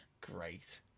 Great